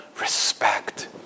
respect